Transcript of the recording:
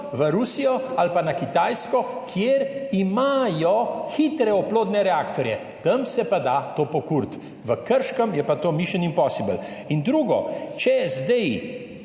v Rusijo ali pa na Kitajsko, kjer imajo hitre oplodne reaktorje, tam se pa da to pokuriti. V Krškem je pa to mission impossible. In drugo. Če zdaj